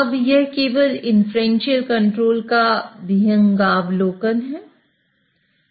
अब यह केवल इन्फ्रेंशियल कंट्रोल का विहंगावलोकन है